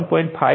5 2